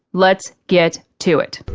let's get to it!